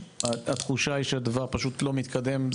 התחושה היא שהדבר פשוט לא מתקדם.